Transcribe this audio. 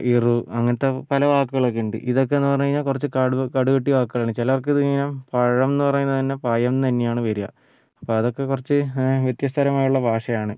അങ്ങനത്തെ പല വാക്കുകളൊക്കെയുണ്ട് ഇതൊക്കെ എന്നു പറഞ്ഞു കഴിഞ്ഞാൽ കുറച്ച് കടു കടുകട്ടി വാക്കുകളാണ് ചിലവർക്ക് ഇത് ഇങ്ങനെ പഴം എന്നു പറയുന്നത് തന്നെ പയം എന്നുതന്നെയാണ് വരിക അപ്പോൾ അതൊക്കെ കുറച്ച് വ്യത്യസ്തപരമായുള്ള ഭാഷയാണ്